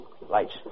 Lights